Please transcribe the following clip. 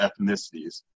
ethnicities